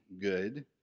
good